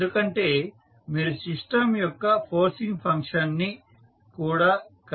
ఎందుకంటే మీరు సిస్టం యొక్క ఫోర్సింగ్ ఫంక్షన్ ని కూడా కలిపారు